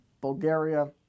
Bulgaria